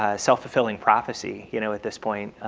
ah self-fulfilling prophecy you know at this point.